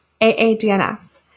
AADNS